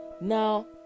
now